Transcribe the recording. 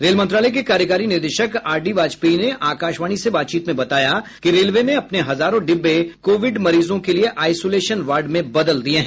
rail मंत्रालय के कार्यकारी निदेशक आर डी बाजपेयी ने आकाशवाणी से बातचीत में बताया कि रेलवे ने अपने हजारों डिब्बे कोविड मरीजों के लिए आइसोलेशन वार्ड में बदल दिए हैं